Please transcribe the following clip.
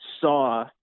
saw